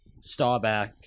Staubach